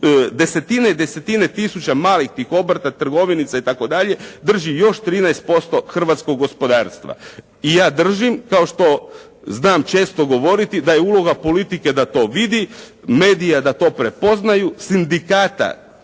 desetine i desetine tisuća malih obrta, trgovinica itd., drži još 13% hrvatskog gospodarstva. I ja držim, kao što znam često govoriti, da je uloga politike da to vidi, medija da to prepoznaju, sindikata